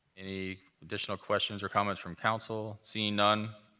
any additional questions or comments from council? seeing none,